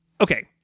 okay